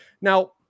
now